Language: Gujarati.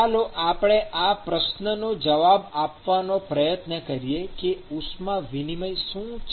ચાલો આપણે આ પ્રશ્નનો જવાબ આપવાનો પ્રયત્ન કરીએ કે ઉષ્મા વિનિમય શું છે